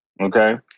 Okay